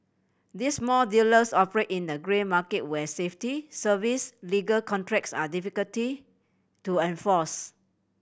these small dealers operate in the grey market where safety service legal contracts are difficulty to enforce